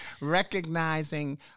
recognizing